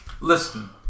Listen